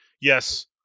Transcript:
yes